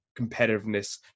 competitiveness